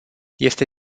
este